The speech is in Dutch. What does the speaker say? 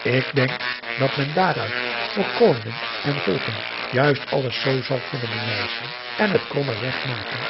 ik denk dat men daaruit voor koningen en volken juist alles zoo zal kunnen bewijzen en het kromme regt maken